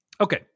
Okay